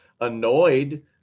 annoyed